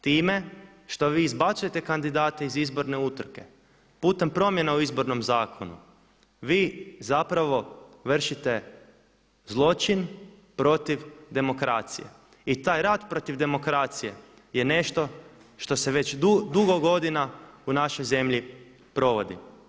To vi izbacujete kandidate iz izborne utrke, putem promjena u Izbornom zakonu vi zapravo vršite zloćin protiv demokracije i taj rat protiv demokracije je nešto što se već dugo godina u našoj zemlji provodi.